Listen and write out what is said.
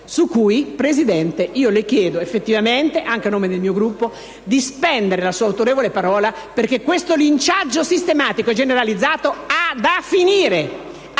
su cui, Presidente, le chiedo effettivamente, anche a nome del mio Gruppo, di spendere la sua autorevole parola perché questo linciaggio sistematico e generalizzato deve finire!